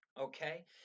Okay